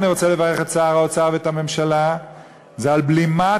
אני רוצה לברך את שר האוצר ואת הממשלה על בלימת